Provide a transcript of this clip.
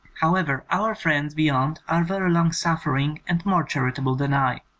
however, our friends beyond are very long-suffering and more charitable than i,